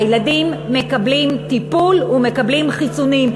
הילדים מקבלים טיפול ומקבלים חיסונים,